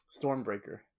Stormbreaker